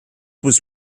was